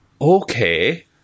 Okay